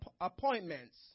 appointments